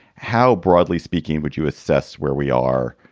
how broadly speaking would you assess where we are?